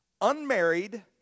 unmarried